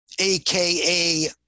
AKA